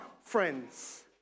friends